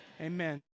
amen